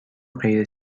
غیر